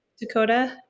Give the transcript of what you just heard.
Dakota